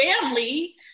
family